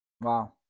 Wow